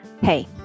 Hey